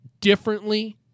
differently